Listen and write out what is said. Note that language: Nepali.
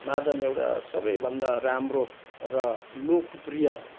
मादल एउटा सबैभन्दा राम्रो र लोकप्रिय